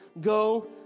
go